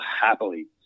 happily